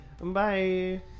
Bye